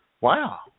wow